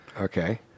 Okay